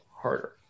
harder